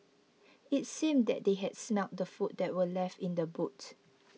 it seemed that they had smelt the food that were left in the boot